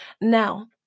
Now